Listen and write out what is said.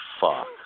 fuck